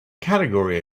category